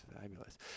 fabulous